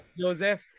Joseph